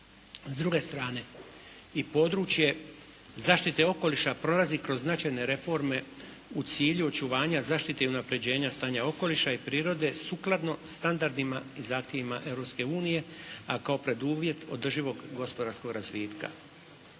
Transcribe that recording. S druge strane i područje zaštite okoliša prolazi kroz značajne reforme u cilju očuvanja zaštite i unapređenje stanja okoliša i prirode sukladno standardima i zahtjevima Europske unije, a kao preduvjet održivog gospodarskog razvitka.